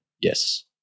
yes